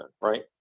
right